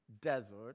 desert